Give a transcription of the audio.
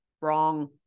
Wrong